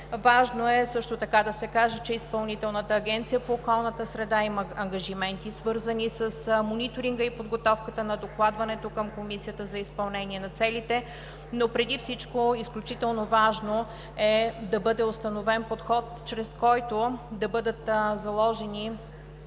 Важно е също така да се каже, че Изпълнителната агенция по околната среда има ангажименти, свързани с мониторинга и подготовката на докладването към Комисията за изпълнение на целите, но преди всичко изключително важно е да бъде установен подход, чрез който да бъдат заложени